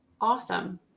awesome